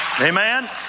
Amen